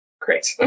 Great